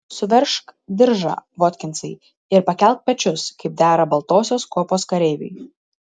suveržk diržą votkinsai ir pakelk pečius kaip dera baltosios kuopos kareiviui